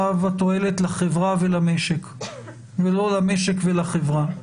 התועלת לחברה ולמשק" ולא "למשק ולחברה".